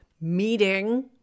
meeting